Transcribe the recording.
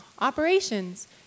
Operations